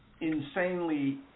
insanely